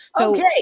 Okay